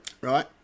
Right